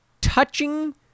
touching